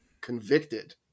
convicted